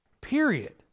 period